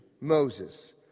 Moses